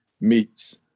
meets